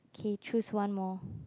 K choose one more